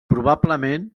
probablement